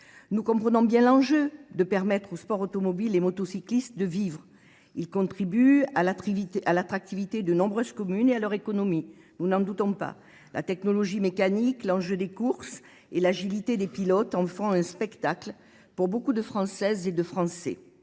Nous comprenons bien l'enjeu de permettre aux sports automobiles et motocyclistes de vivre. Ils contribuent à l'attractivité de nombreuses communes et à leur économie. Nous n'en doutons pas. La technologie mécanique, l'enjeu des courses et l'agilité des pilotes en font un spectacle pour beaucoup de Françaises et de Français,